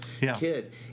kid